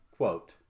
Quote